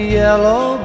yellow